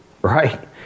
Right